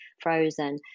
frozen